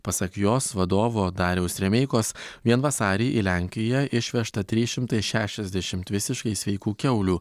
pasak jos vadovo dariaus remeikos vien vasarį į lenkiją išvežta trys šimtai šešiasdešimt visiškai sveikų kiaulių